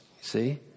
See